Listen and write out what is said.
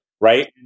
right